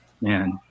man